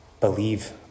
believe